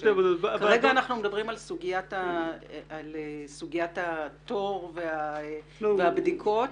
כרגע אנחנו מדברים על סוגיית התור והבדיקות.